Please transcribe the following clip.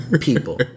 people